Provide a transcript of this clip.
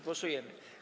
Głosujemy.